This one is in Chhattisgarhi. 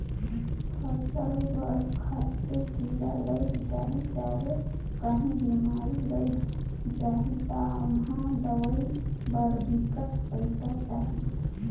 फसल बर खातू, कीरा लइग जाही चहे काहीं बेमारी लइग जाही ता ओम्हां दवई बर बिकट पइसा चाही